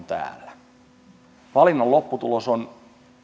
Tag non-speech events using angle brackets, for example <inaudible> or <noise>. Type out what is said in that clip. <unintelligible> täällä valinnan lopputulos on